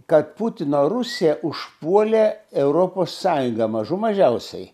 kad putino rusija užpuolė europos sąjungą mažų mažiausiai